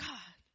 God